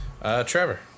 Trevor